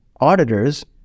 auditors